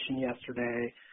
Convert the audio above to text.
yesterday